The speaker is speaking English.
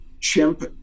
chimp